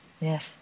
Yes